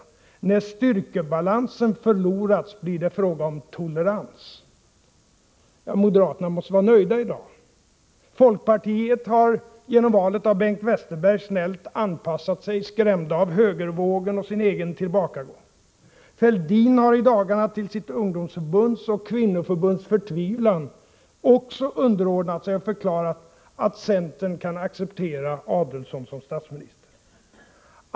När styrkebalansen förlorats blir det fråga om tolerans.” Moderaterna måste vara nöjda i dag. Folkpartiet har genom valet av Bengt Westerberg snällt anpassat sig, skrämda av högervågen och sin egen tillbakagång. Fälldin har i dagarna till sitt ungdomsförbunds och kvinnoförbunds förtvivlan också underordnat sig och förklarat att centern kan acceptera Adelsohn som statsminister.